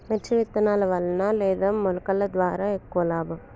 మిర్చి విత్తనాల వలన లేదా మొలకల ద్వారా ఎక్కువ లాభం?